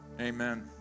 Amen